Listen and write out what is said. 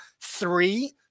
three